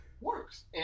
works